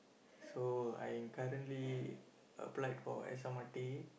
so I am currently applied for S_M_R_T